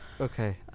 Okay